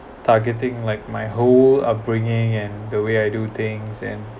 targeting like my whole upbringing and the way I do things and